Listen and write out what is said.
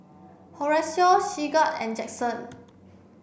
Horacio Sigurd and Jackson